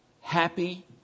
happy